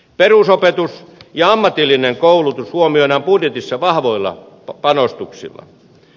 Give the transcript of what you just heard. perusopetus ja ammatillinen koulutus huomioidaan budjetissa vahvoilla panostuksilla